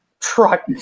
truck